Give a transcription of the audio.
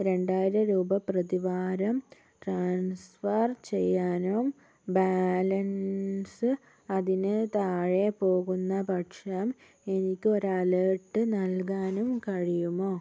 രണ്ടായിരം രൂപ പ്രതിവാരം ട്രാൻസ്ഫർ ചെയ്യാനും ബാലൻസ് അതിന് താഴെ പോകുന്ന പക്ഷം എനിക്ക് ഒരലർട്ട് നൽകാനും കഴിയുമോ